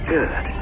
Good